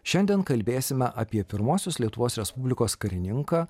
šiandien kalbėsime apie pirmosios lietuvos respublikos karininką